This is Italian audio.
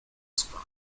sport